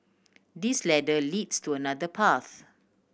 this ladder leads to another path